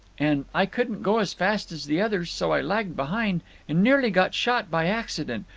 and i couldn't go as fast as the others, so i lagged behind and nearly got shot by accident,